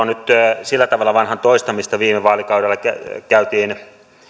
nyt sillä tavalla vanhan toistamista että viime vaalikaudella käytiin